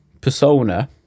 persona